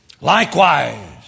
Likewise